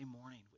morning